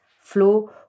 flow